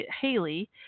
Haley